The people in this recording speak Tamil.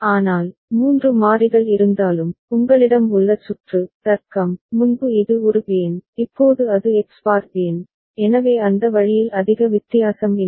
ஆனால் 3 மாறிகள் இருந்தாலும் உங்களிடம் உள்ள சுற்று தர்க்கம் முன்பு இது ஒரு பிஎன் இப்போது அது எக்ஸ் பார் பிஎன் எனவே அந்த வழியில் அதிக வித்தியாசம் இல்லை